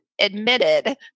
admitted